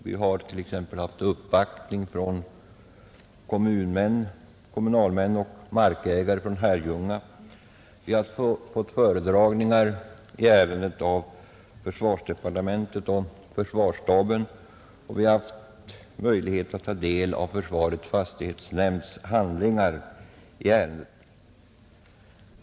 Vi har t.ex. haft uppvaktning av kommunalmän och markägare från Herrljunga, vi har fått föredragningar i ärendet av försvarsdepartementet och försvarsstaben och vi har haft möjlighet att ta del av försvarets fastighetsnämnds handlingar i ärendet.